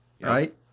right